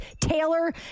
Taylor